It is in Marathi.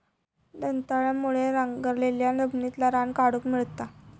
दंताळ्यामुळे नांगरलाल्या जमिनितला रान काढूक मेळता